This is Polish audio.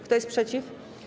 Kto jest przeciw?